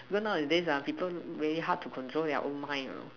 because nowadays ah people really hard to control their own mind you know